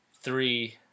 three